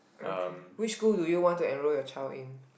okay which school do you want to enrol your child in